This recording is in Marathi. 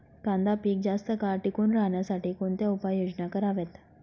कांदा पीक जास्त काळ टिकून राहण्यासाठी कोणत्या उपाययोजना कराव्यात?